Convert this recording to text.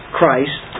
Christ